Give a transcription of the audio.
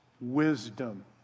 wisdom